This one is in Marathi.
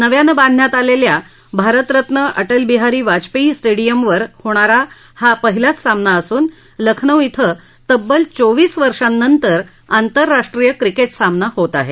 नव्यानं बांधण्यात आलेल्या भारतरत्न अटलबिहारी वाजपेयी स्टेडियमवर होणारा हा पहिलाच सामना असून लखनौ क्वं तब्बल चोवीस वर्षांनंतर आंतरराष्ट्रीय क्रिकेट सामना होत आहे